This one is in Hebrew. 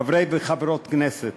חברי וחברות הכנסת,